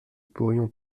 pourrions